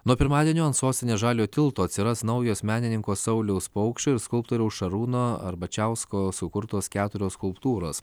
nuo pirmadienio ant sostinės žaliojo tilto atsiras naujos menininko sauliaus paukščio ir skulptoriaus šarūno arbačiausko sukurtos keturios skulptūros